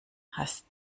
hast